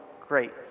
great